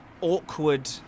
awkward